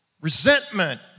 resentment